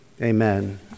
Amen